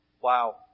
Wow